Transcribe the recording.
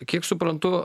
kiek suprantu